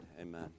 amen